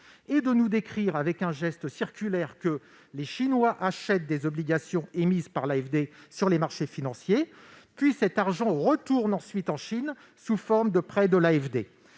Et de nous expliquer, geste circulaire à l'appui, que les Chinois achètent des obligations émises par l'AFD sur les marchés financiers, que cet argent retourne ensuite en Chine sous forme de prêts de l'AFD,